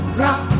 rock